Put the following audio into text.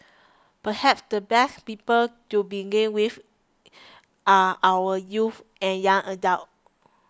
perhaps the best people to begin with are our youths and young adults